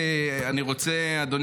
אני רוצה לעדכן אתכם,